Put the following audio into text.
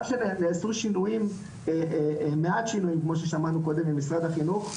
גם כשנעשו שינויים מעט שינויים כמו ששמענו קודם ממשרד החינוך,